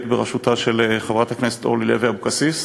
בראשותה של חברת הכנסת אורלי לוי אבקסיס,